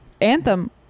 anthem